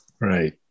Right